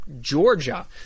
Georgia